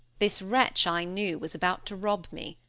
this wretch, i knew, was about to rob me.